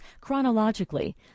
chronologically